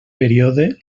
període